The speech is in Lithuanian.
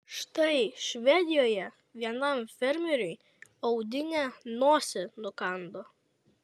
štai švedijoje vienam fermeriui audinė nosį nukando